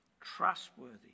trustworthy